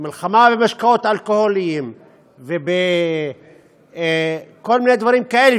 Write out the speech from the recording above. למלחמה במשקאות אלכוהוליים ובכל מיני דברים כאלה,